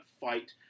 fight